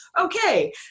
okay